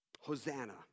Hosanna